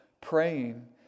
praying